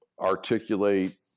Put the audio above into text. articulate